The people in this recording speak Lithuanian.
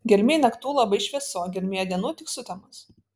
gelmėj naktų labai šviesu gelmėje dienų tik sutemos